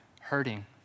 hurting